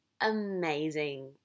amazing